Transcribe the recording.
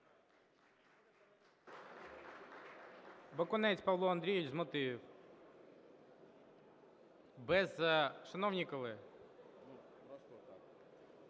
Бакунець Павло Андрійович, з мотивів. Без… Шановні колеги…